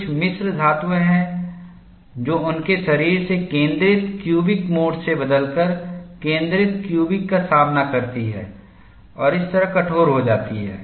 कुछ मिश्र धातुएं हैं जो उनके शरीर से केंद्रित क्यूबिक मोड से बदलकर केंद्रित क्यूबिक का सामना करती हैं और इस तरह कठोर हो जाती हैं